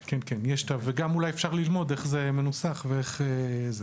אפשר אולי גם ללמוד איך זה מנוסח וכו'.